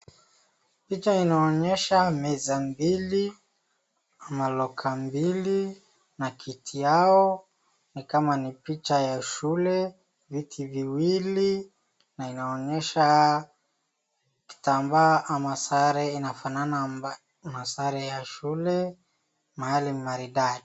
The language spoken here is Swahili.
Picha inaonyesha meza mbili, maloka mbili na kiti yao. Ni kama ni picha ya shule. Viti viwili na inaonyesha kitambaa ama sare, inafanana na sare ya shule. Mahali maridadi.